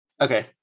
Okay